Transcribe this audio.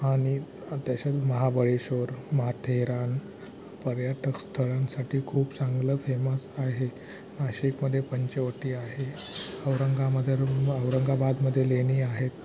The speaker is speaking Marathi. आणि तसंच महाबळेश्वर माथेरान पर्यटक स्थळांसाठी खूप चांगलं फेमस आहे नाशिकमध्ये पंचवटी आहे औरंगामध्ये औरंगाबादमध्ये लेणी आहे